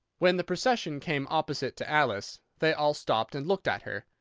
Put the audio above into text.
when the procession came opposite to alice, they all stopped and looked at her,